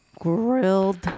grilled